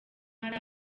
hari